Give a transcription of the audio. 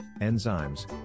enzymes